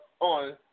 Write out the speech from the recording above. on